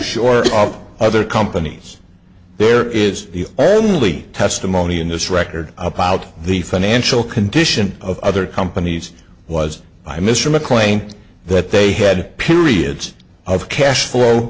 sure of other companies there is only testimony in this record about the financial condition of other companies was i mr mclean that they had periods of cash flow